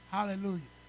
Hallelujah